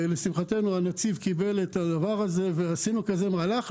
לשמחתנו, הנציב קיבל את זה ועשינו מהלך כזה.